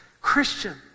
Christian